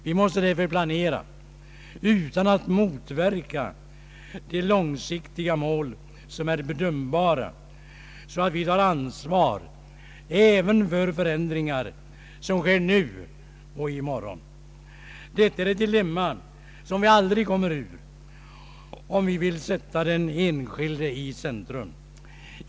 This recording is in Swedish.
Vi måste därför planera — utan att motverka de långsiktiga mål som är bedömbara — så att vi tar ansvar även för förändringar nu och i morgon. Detta är ett dilemma som vi aldrig kommer ur, om vi vill sätta den enskilde i centrum.